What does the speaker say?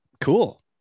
Cool